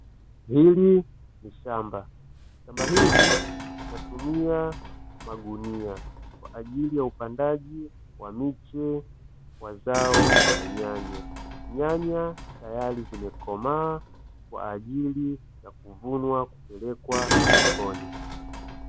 Hili ni shamba, shamba hili linatumia magunia kwa ajili ya upandaji wa zao la nyanya, nyanya tayari zimekomaa kwa ajili ya kuvunwa kupelekwa sokoni.